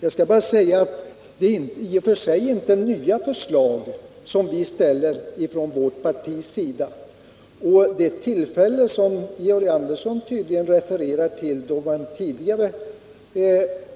Jag vill bara säga att det i och för sig inte är nya förslag som vi ställer från vårt partis sida. Beträffande det tillfälle som Georg Andersson tydligen refererar till, då man tidigare